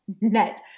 net